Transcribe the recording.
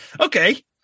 Okay